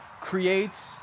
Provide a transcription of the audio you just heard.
creates